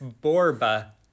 Borba